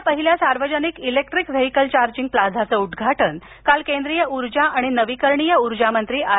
देशातील पहिल्या सार्वजनिक इलेक्ट्रिक व्हेईकल चार्जिंग प्लाझाचं उद्घाटन काल केंद्रीय ऊर्जा नवीकरणीय ऊर्जामंत्री आर